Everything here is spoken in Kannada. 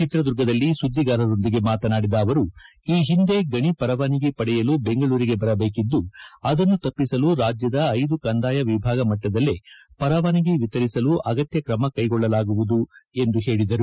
ಚಿತ್ರದುರ್ಗದಲ್ಲಿ ಸುದ್ದಿಗಾರರೊಂದಿಗೆ ಮಾತನಾಡಿದ ಅವರು ಈ ಹಿಂದೆ ಗಣಿ ಪರವಾನಗಿ ಪಡೆಯಲು ಬೆಂಗಳೂರಿಗೆ ಬರಬೇಟದ್ದು ಅದನ್ನು ತಪ್ಪಸಲು ರಾಜ್ಯದ ಐದು ಕಂದಾಯ ವಿಭಾಗ ಮಟ್ಟದಲ್ಲೇ ಪರವಾನಗಿ ವಿತರಿಸಲು ಅಗತ್ಯ ಕ್ರಮ ಕೈಗೊಳ್ಳಲಾಗುವುದು ಎಂದು ಹೇಳಿದರು